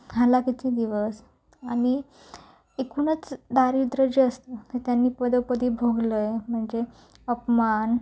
हलाखीचे दिवस आणि एकूणच दारिद्र्य जे असतं ते त्यांनी पदोपदी भोगलं म्हणजे अपमान